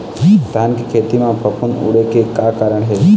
धान के खेती म फफूंद उड़े के का कारण हे?